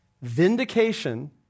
vindication